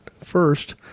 First